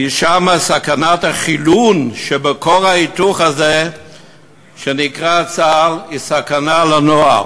כי שם סכנת החילון שבכור ההיתוך הזה שנקרא צה"ל היא סכנה לנוער.